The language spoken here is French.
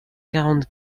quarante